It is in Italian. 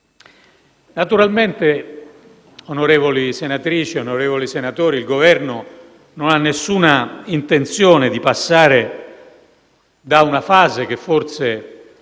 Naturalmente, onorevoli senatrici e onorevoli senatori, il Governo non ha alcuna intenzione di passare da una fase, che forse